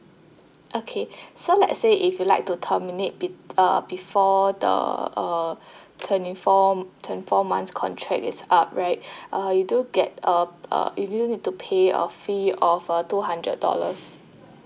okay so let's say if you'd like to terminate be~ uh before the uh twenty four twenty four months contract is up right uh you do get uh uh you do need to pay a fee of uh two hundred dollars